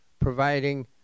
providing